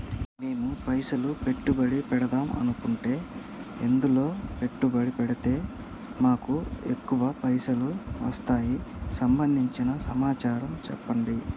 మేము పైసలు పెట్టుబడి పెడదాం అనుకుంటే ఎందులో పెట్టుబడి పెడితే మాకు ఎక్కువ పైసలు వస్తాయి సంబంధించిన సమాచారం చెప్పండి?